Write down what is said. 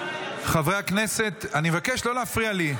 חברי הכנסת, אני מבקש לא להפריע לי.